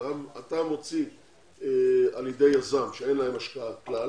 אתה מוציא על-ידי יזם, שאין להם השקעה כלל.